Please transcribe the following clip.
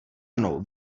mnou